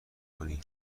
کنی